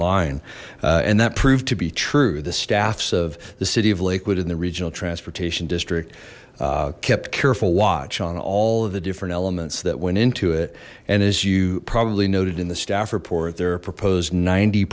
line and that proved to be true the staffs of the city of lakewood in the regional transportation district kept careful watch on all of the different elements that went into it and as you probably noted in the staff report their proposed ninety